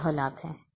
तो यह लाभ है